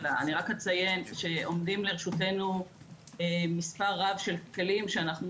אציין שעומדים לרשותנו מספר רב של כלים שאנחנו